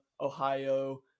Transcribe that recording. Ohio